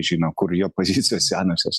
žino kur jo pozicijos senosios